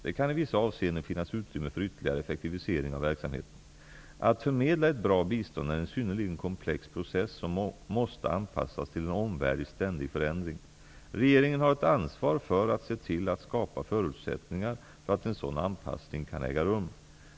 Det kan i vissa avseenden finnas utrymme för ytterligare effektivisering av verksamheten. Att förmedla ett bra bistånd är en synnerligen komplex process som måste anpassas till en omvärld i ständig förändring. Regeringen har ett ansvar för att se till att skapa förutsättningar för att en sådan anpassning kan äga rum.